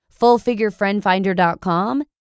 FullFigureFriendFinder.com